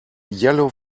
yellow